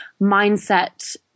mindset